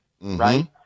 Right